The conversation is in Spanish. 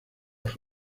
los